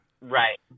Right